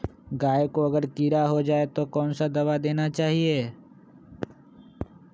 गाय को अगर कीड़ा हो जाय तो कौन सा दवा देना चाहिए?